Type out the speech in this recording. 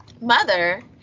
mother